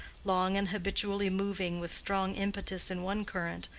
long and habitually moving with strong impetus in one current,